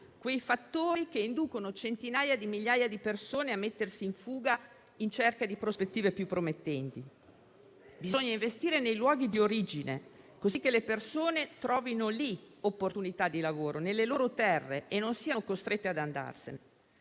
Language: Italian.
quei fattori che inducono centinaia di migliaia di persone a mettersi in fuga in cerca di prospettive più promettenti. Bisogna investire nei luoghi di origine, cosicché le persone trovino opportunità di lavoro nelle loro terre e non siano costrette ad andarsene.